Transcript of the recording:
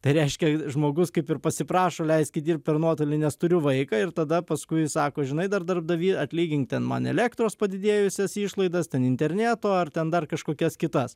tai reiškia žmogus kaip ir pasiprašo leiskit dirbt per nuotolį nes turiu vaiką ir tada paskui jis sako žinai dar darbdavį atlygink ten man elektros padidėjusias išlaidas ten interneto ar ten dar kažkokias kitas